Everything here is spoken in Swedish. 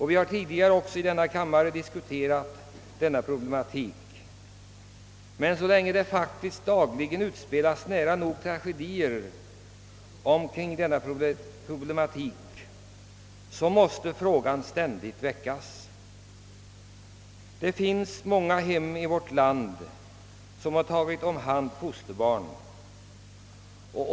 Vi har tidigare diskuterat denna problematik här i kammaren, men så länge som tragedier faktiskt utspelas dagligen måste frågan ständigt väckas. Det finns många hem i vårt land som tagit om hand fosterbarn.